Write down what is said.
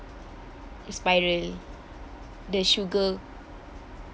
is spiral the sugar